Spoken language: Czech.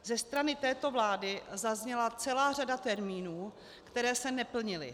Ze strany této vlády zazněla celá řada termínů, které se neplnily.